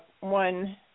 one